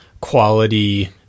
quality